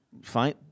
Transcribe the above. fine